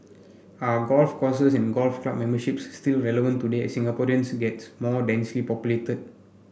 are golf courses and golf club memberships still relevant today as Singaporeans gets more densely populated